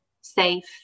safe